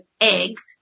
eggs